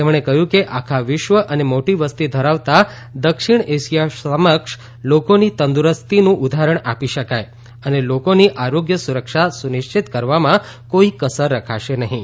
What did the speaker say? તેમણે કહ્યું કે આખા વિશ્વ અને મોટી વસ્તી ધરાવતા દક્ષિણ એશિયા સમક્ષ લોકોની તંદુરસ્તનું ઉદાહરણ આપી શકાય અને લોકોની આરોગ્ય સુરક્ષા સુનિશ્ચિત કરવામાં કોઈ કસર રખાશે નહીં